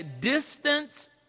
distance